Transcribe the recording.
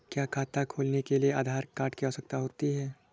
क्या खाता खोलने के लिए आधार कार्ड की आवश्यकता होती है?